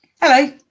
Hello